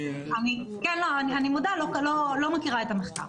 אני מודה, לא מכירה את המחקר.